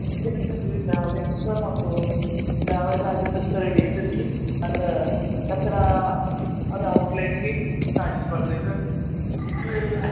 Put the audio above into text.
అక్కడి నుంచి అక్కడికి ట్రావెలింగ్ సార్ మాకు ట్రావెల్ చార్జెస్ వచ్చేసరికి డీజిల్కి అండ్ అక్కడ అలా అవుట్లెట్కి చార్జెస్ పడతాయి సార్